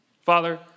father